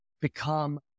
become